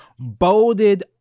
Bolded